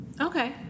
Okay